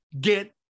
Get